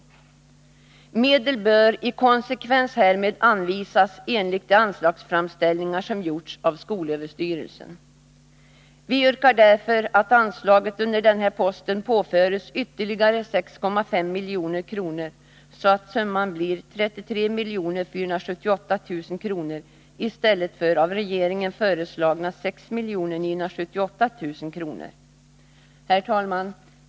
Medel bör i konsekvens härmed anvisas enligt de anslagsframställningar som gjorts av skolöverstyrelsen. Vi yrkar därför att anslaget under denna post påföres ytterligare 6,5 milj.kr., så att summan blir 33 478 000 kr. i stället för av regeringen föreslagna 26 978 000 kr. Herr talman!